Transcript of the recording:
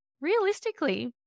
Realistically